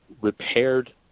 repaired